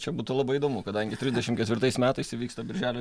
čia būtų labai įdomu kadangi trisdešim ketvirtais metais įvyksta birželio